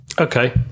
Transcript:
Okay